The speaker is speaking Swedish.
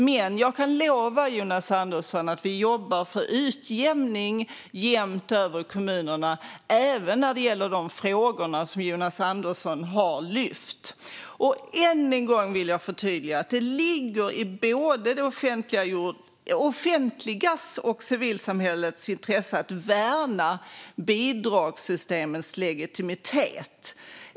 Men jag kan lova Jonas Andersson att vi jobbar för utjämning mellan kommunerna även när det gäller de frågor som han har lyft. Än en gång vill jag förtydliga att det ligger i både det offentligas och civilsamhällets intresse att värna bidragssystemens legitimitet.